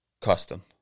Custom